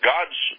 God's